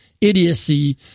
idiocy